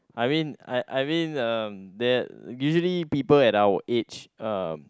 I mean I I mean uh that usually people at our age uh